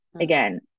again